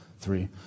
three